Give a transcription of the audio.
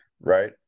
right